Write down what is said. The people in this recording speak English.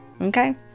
okay